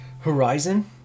Horizon